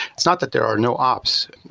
it's not that there are no ops,